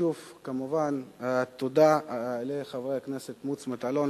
ושוב כמובן תודה לחבר הכנסת מוץ מטלון,